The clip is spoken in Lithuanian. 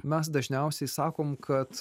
mes dažniausiai sakom kad